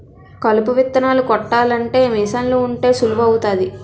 కలుపు విత్తనాలు కొట్టాలంటే మీసన్లు ఉంటే సులువు అవుతాది